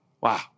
Wow